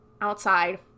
outside